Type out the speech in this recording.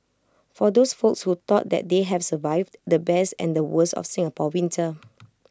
for those folks who thought that they have survived the best and the worst of Singapore winter